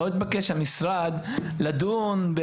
לא יתבקש המשרד לדון.